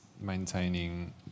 maintaining